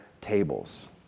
tables